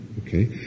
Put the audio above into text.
okay